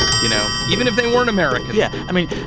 you know, even if they weren't americans. yeah, i mean,